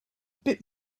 bit